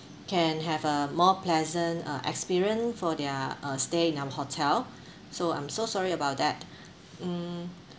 can have a more pleasant uh experience for their uh stay in our hotel so I'm so sorry about that mm